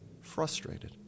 frustrated